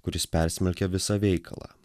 kuris persmelkia visą veikalą